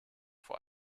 vor